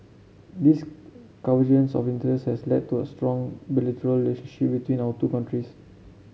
this convergence of interest has led to a strong bilateral relationship between our two countries